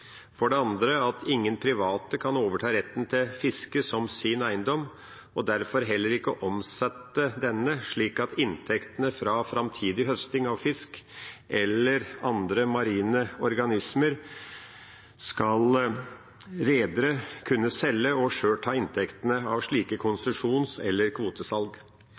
For det andre kan ingen private overta retten til fiske som sin eiendom, og derfor heller ikke omsette denne. Inntektene fra framtidig høsting av fisk eller andre marine organismer skal redere kunne selge, og de skal sjøl ta inntektene av slike konsesjons- eller kvotesalg.